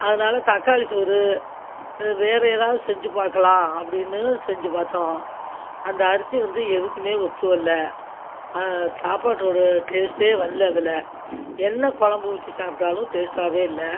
அதனால் தக்காளிசோறு வேறு ஏதாவது செஞ்சு பார்க்கலாம் அப்படினு செஞ்சு பார்த்தோம் அந்த அரிசி வந்து எதுக்குமே ஒத்து வரல்லே சாப்பாடோட டேஸ்ட்டே வரல்லே அதில் என்ன குழம்பு ஊற்றி சாப்பிட்டாலும் டேஸ்ட்டாகவே இல்லை